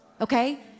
Okay